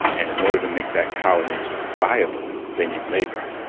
and in order to make that colony viable, they need labor.